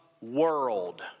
world